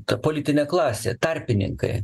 ta politinė klasė tarpininkai